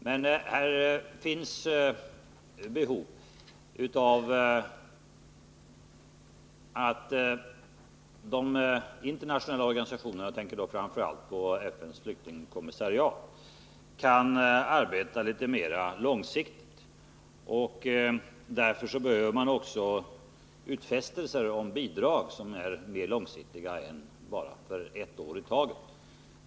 Här föreligger behov av att de internationella organisationerna — jag tänker då framför allt på FN:s flyktingskommissariat — kan arbeta litet mera långsiktigt. Därför behöver man också utfästelser om bidrag som är mer långsiktiga, som inte bara gäller för ett år i taget.